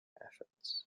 efforts